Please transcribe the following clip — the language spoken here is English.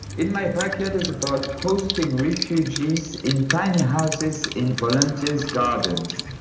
in my backyard is about hosting refugees in tiny houses in volunteers' gardens.